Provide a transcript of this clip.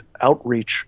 outreach